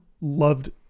loved